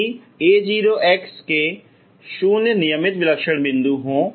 यदि a0 के शून्य नियमित विलक्षण बिन्दु हैं